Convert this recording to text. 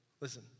Listen